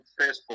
Facebook